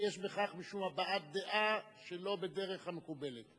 כי יש בכך משום הבעת דעה שלא בדרך המקובלת.